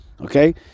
Okay